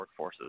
workforces